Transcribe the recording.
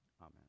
amen